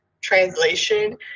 translation